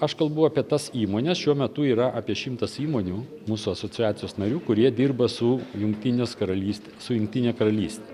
aš kalbu apie tas įmones šiuo metu yra apie šimtas įmonių mūsų asociacijos narių kurie dirba su jungtinės karalystės su jungtine karalyste